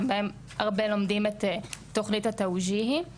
בהם הרבה לומדים את תוכנית התאוג'יהי (التوجيهي).